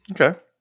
Okay